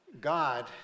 God